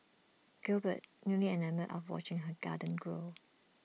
Gilbert newly enamoured of watching her garden grow